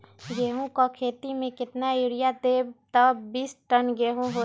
गेंहू क खेती म केतना यूरिया देब त बिस टन गेहूं होई?